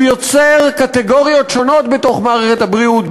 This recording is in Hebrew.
הוא יוצר קטגוריות שונות בתוך מערכת הבריאות,